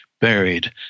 buried